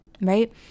Right